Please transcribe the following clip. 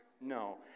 No